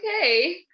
Okay